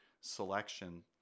selection